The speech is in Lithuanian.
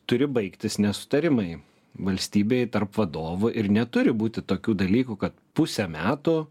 turi baigtis nesutarimai valstybėj tarp vadovo ir neturi būti tokių dalykų kad pusę metų